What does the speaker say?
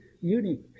unique